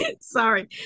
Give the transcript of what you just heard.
sorry